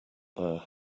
there